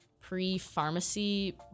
pre-pharmacy